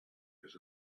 his